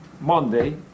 Monday